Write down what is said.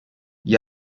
gli